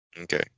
Okay